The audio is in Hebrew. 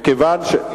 מסכים.